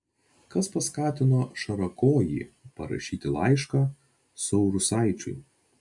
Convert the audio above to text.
kas paskatino šarakojį parašyti laišką saurusaičiui